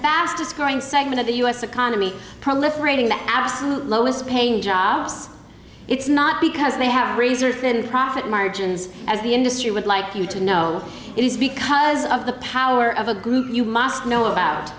fastest growing segment of the u s economy proliferating the absolute lowest paying jobs it's not because they have razor thin profit margins as the industry would like you to know it is because of the power of a group you must know about